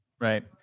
Right